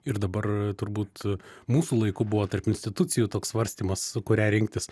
ir dabar turbūt mūsų laiku buvo tarp institucijų toks svarstymas kurią rinktis